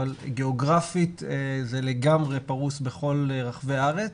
אבל גיאוגרפית זה לגמרי פרוס בכל רחבי הארץ.